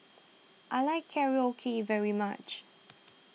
I like Korokke very much